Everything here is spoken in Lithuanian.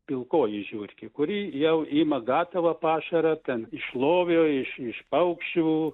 pilkoji žiurkė kuri jau ima gatavą pašarą ten iš lovio iš iš paukščių